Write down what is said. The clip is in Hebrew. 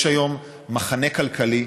יש היום מחנה כלכלי,